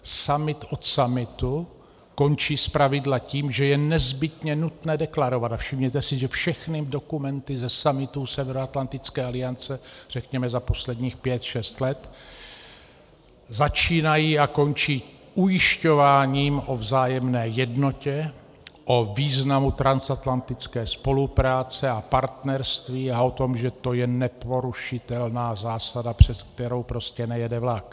Summit od summitu končí zpravidla tím, že je nezbytně nutné deklarovat a všimněte si, že všechny dokumenty ze summitů Severoatlantické aliance, řekněme, za posledních pět šest let začínají a končí ujišťováním o vzájemné jednotě, o významu transatlantické spolupráce a partnerství a o tom, že to je neporušitelná zásada, přes kterou prostě nejede vlak.